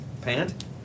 Pant